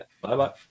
bye-bye